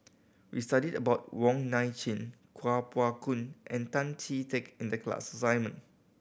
we studied about Wong Nai Chin Kuo Pao Kun and Tan Chee Teck in the class assignment